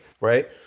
right